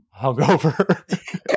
hungover